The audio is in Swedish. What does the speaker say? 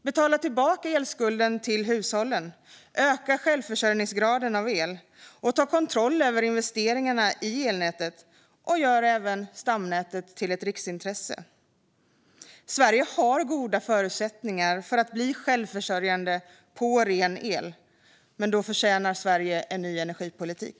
Betala tillbaka elskulden till hushållen, öka självförsörjningsgraden av el, ta kontrollen över investeringarna i elnätet och gör även stamnätet till ett riksintresse! Sverige har goda förutsättningar för att bli självförsörjande på ren el, men då förtjänar Sverige en ny energipolitik.